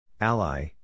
Ally